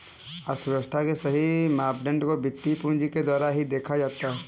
अर्थव्यव्स्था के सही मापदंड को वित्तीय पूंजी के द्वारा ही देखा जाता है